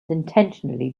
intentionally